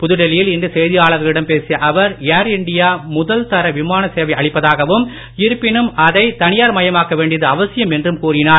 புதுடெல்லியில் இன்று செய்தியாளர்களிடம் பேசிய அவர் ஏர் இண்டியா முதல் தர விமான சேவை அளிப்பதாகவும் இருப்பினும் அதை தனியார் மயமாக்க வேண்டியது அவசியம் என்றும் கூறினார்